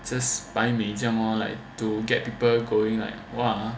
it's just 摆美 lor like to get people going like !wah!